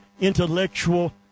intellectual